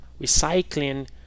recycling